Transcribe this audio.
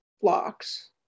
blocks